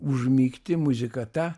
užmigti muzika ta